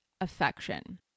affection